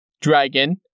Dragon